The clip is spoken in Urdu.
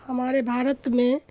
ہمارے بھارت میں